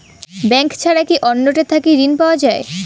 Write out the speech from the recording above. Bank ছাড়া কি অন্য টে থাকি ঋণ পাওয়া যাবে?